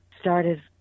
started